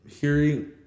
hearing